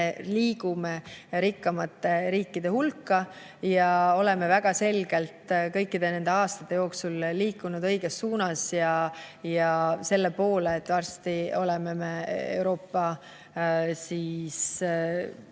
liigume rikkamate riikide hulka. Me oleme väga selgelt kõikide nende aastate jooksul liikunud õiges suunas ja selle poole, et varsti oleme me Euroopa kõige